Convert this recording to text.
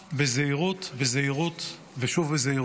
בזהירות, בזהירות ושוב בזהירות.